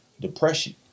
depression